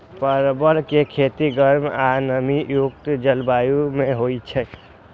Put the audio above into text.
परवल के खेती गर्म आ नमी युक्त जलवायु मे होइ छै